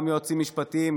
גם יועצים משפטיים,